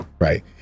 right